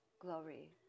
glory